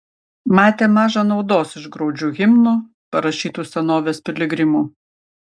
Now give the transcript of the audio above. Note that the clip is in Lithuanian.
matė maža naudos iš graudžių himnų parašytų senovės piligrimų